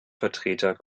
vertreter